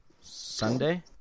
Sunday